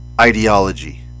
ideology